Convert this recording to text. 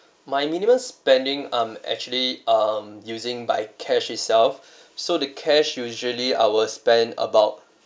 my minimum spending um actually um using by cash itself so the cash usually I will spend about